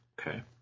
Okay